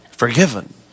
forgiven